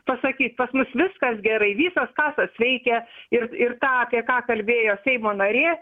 pasakyt pas mus viskas gerai visos kasos veikia ir ir tą apie ką kalbėjo seimo narė